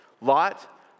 Lot